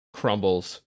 crumbles